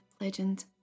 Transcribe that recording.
Legend